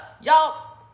y'all